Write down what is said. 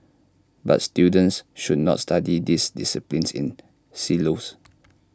but students should not study these disciplines in silos